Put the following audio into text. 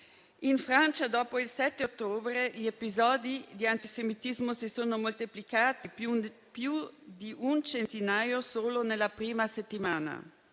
In Francia, dopo il 7 ottobre, gli episodi di antisemitismo si sono moltiplicati: più di un centinaio solo nella prima settimana.